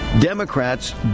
Democrats